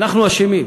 אנחנו אשמים.